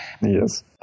Yes